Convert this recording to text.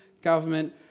government